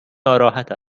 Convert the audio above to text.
ناراحت